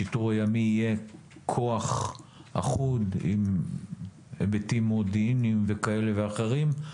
השיטור הימי יהיה כוח אחוד עם היבטים מודיעיניים כאלה ואחרים,